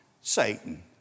Satan